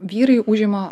vyrai užima